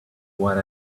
what